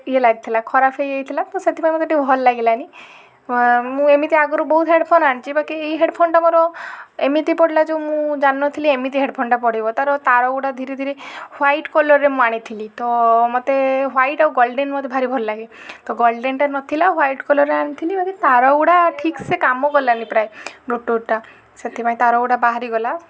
ୟେ ଲାଗିଥିଲା ଖରାପ ହେଇଯାଇଥିଲା ତ ସେଥିପାଇଁ ମୋତେ ଟିକେ ଭଲ ଲାଗିଲାନି ମୁଁ ଏମିତି ଆଗରୁ ବହୁତ୍ ହେଡ଼୍ଫୋନ୍ ଆଣିଛି ବାକି ଏଇ ହେଡ଼୍ଫୋନ୍ଟା ମୋର ଏମିତି ପଡ଼ିଲା ଯେଉଁ ମୁଁ ଜାଣି ନଥିଲି ଏମିତି ହେଡ଼୍ଫୋନ୍ଟା ପଡ଼ିବ ତା'ର ତାର ଗୁଡ଼ା ଧୀରେ ଧୀରେ ହ୍ୱାଇଟ୍ କଲର୍ରେ ମୁଁ ଆଣିଥିଲି ତ ମୋତେ ହ୍ୱାଇଟ୍ ଆଉ ଗୋଲ୍ଡେନ୍ ମୋତେ ଭାରି ଭଲ ଲାଗେ ତ ଗୋଲ୍ଡେନ୍ଟା ନଥିଲା ହ୍ୱାଇଟ୍ କଲର୍ର ଆଣିଥିଲି ବାକି ତାର ଗୁଡ଼ା ଠିକ୍ ସେ କାମ କଲାନି ପ୍ରାୟ ବ୍ଲୁଟୁଥ୍ଟା ସେଥିପାଇଁ ତାର ଗୁଡ଼ା ବାହାରିଗଲା